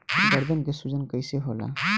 गर्दन के सूजन कईसे होला?